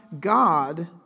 God